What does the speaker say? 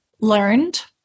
learned